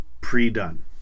pre-done